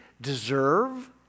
deserve